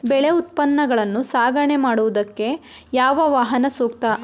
ಬೆಳೆ ಉತ್ಪನ್ನಗಳನ್ನು ಸಾಗಣೆ ಮಾಡೋದಕ್ಕೆ ಯಾವ ವಾಹನ ಸೂಕ್ತ?